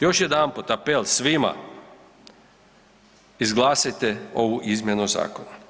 Još jedanput apel svima, izglasajte ovu izmjenu zakona.